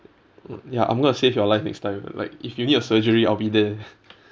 ya I'm going to save your life next time like if you need a surgery I'll be there